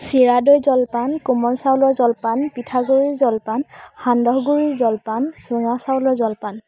চিৰা দৈ জলপান কোমল চাউলৰ জলপান পিঠাগুড়িৰ জলপান সান্দহগুৰি জলপান চুঙা চাউলৰ জলপান